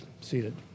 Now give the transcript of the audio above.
seated